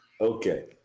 okay